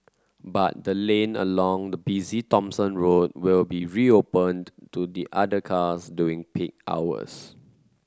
but the lane along the busy Thomson Road will be reopened to the other cars during peak hours